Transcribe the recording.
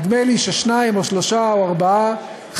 נדמה לי ששתיים, שלוש או ארבע חדרו,